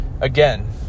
again